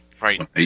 right